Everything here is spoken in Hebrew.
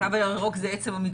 התו הירוק זה עצם ההידבקות.